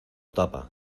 tapa